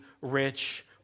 rich